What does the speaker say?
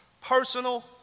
personal